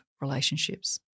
relationships